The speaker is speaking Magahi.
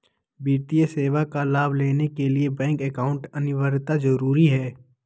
वित्तीय सेवा का लाभ लेने के लिए बैंक अकाउंट अनिवार्यता जरूरी है?